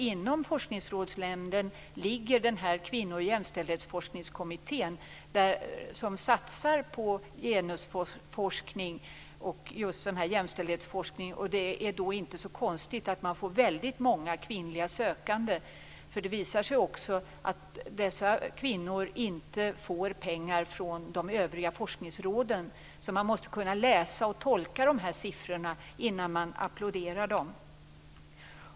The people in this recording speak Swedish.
Inom Forskningsrådsnämnden finns nämligen Kvinno och jämställdhetsforskningskommittén, som satsar på genusforskning och jämställdhetsforskning. Det är inte konstigt att man får väldigt många kvinnliga sökanden. Det visar sig också att dessa kvinnor inte får pengar från de övriga forskningsråden. Man måste alltså kunna tolka dessa siffror innan man applåderar dem.